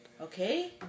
okay